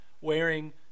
wearing